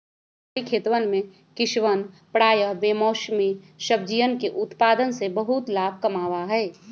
शहरी खेतवन में किसवन प्रायः बेमौसमी सब्जियन के उत्पादन से बहुत लाभ कमावा हई